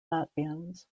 latvians